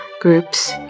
groups